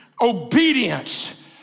obedience